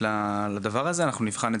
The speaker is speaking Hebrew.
מבחינת